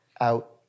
Out